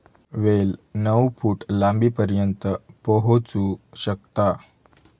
वेल नऊ फूट लांबीपर्यंत पोहोचू शकता